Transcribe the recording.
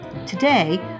Today